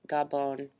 Gabon